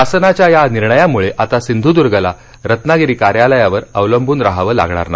शासनाच्या या निर्णयामुळे आता सिंधुदुर्गला रत्नागिरी कार्यालयावर अवलंबून राहावं लागणार नाही